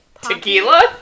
Tequila